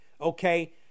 okay